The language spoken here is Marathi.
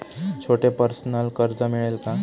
छोटे पर्सनल कर्ज मिळेल का?